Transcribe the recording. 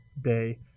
day